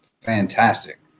fantastic